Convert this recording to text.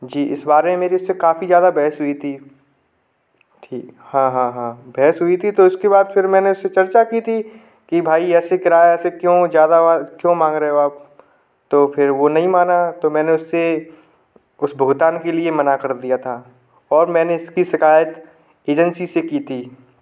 जी इस बारे में मेरी उससे काफ़ी ज़्यादा बहस हुई थी हाँ हाँ हाँ बहस हुई थी तो उसके बाद फिर मैंने उससे चर्चा की थी कि भाई ऐसे किराया ऐसे क्यों ज़्यादा क्यों मांग रहे हो आप तो फिर वो नहीं माना तो मैंने उससे उस भुगतान के लिए मना कर दिया था और मैंने इसकी शिकायत एजेंसी से की थी